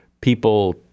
people